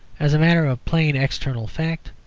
as a matter of plain external fact,